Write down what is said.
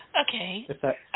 Okay